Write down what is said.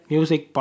Music